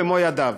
במו ידיו.